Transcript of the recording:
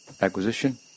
acquisition